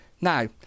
Now